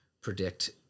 predict